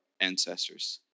ancestors